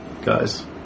Guys